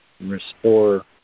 restore